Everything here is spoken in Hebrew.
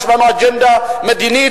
יש לנו אג'נדה מדינית,